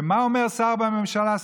ומה אומר שר בממשלה,